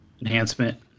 Enhancement